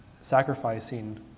sacrificing